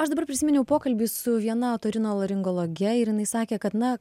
aš dabar prisiminiau pokalbį su viena otorinolaringologe ir jinai sakė kad na